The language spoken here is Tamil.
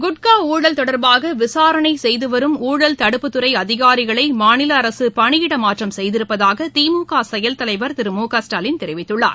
குட்கா ஊழல் தொடர்பாக விசாரணை செய்துவரும் ஊழல் தடுப்புத்துறை அதிகாரிகளை மாநில அரசு பணியிட மாற்றம் செய்திருப்பதாக திமுக செயல் தலைவர் திரு முகஸ்டாலின் தெரிவித்துள்ளார்